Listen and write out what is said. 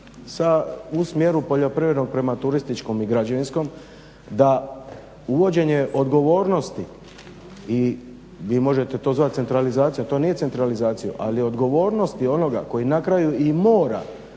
u smjeru poljoprivrednog prema turističkom i građevinskom, da uvođenje odgovornosti, vi možete to zvat centralizacija, to nije centralizacija ali odgovornosti onoga koji na kraju i mora